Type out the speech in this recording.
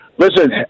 Listen